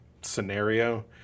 scenario